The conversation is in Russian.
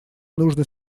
нужно